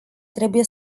trebuie